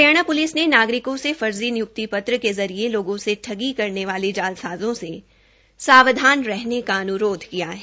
Haryana police ने नागरिकों से फर्जी निय्क्ति पत्र के जरिये लोगों से ठगी करने वाले जालसाज़ो से सावधान रहने का अन्रोध किया है